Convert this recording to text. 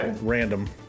random